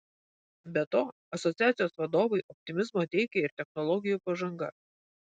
be to asociacijos vadovui optimizmo teikia ir technologijų pažanga